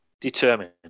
determined